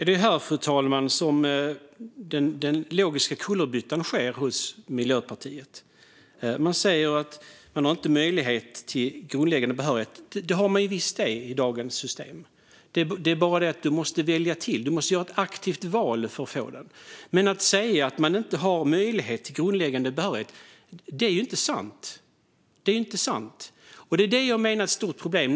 Fru talman! Det är här den logiska kullerbyttan sker hos Miljöpartiet. De säger att man inte har möjlighet till grundläggande behörighet. Det har man visst i dagens system. Det är bara det att man måste välja till det; man måste göra ett aktivt val för att få det. Men att man inte har möjlighet till grundläggande behörighet är inte sant. Det är inte sant, och det är det jag menar är ett stort problem.